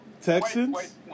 Texans